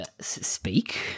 speak